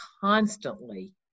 constantly